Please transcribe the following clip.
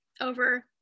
over